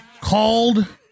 called